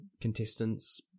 contestants